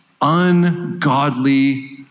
Ungodly